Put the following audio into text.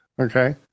okay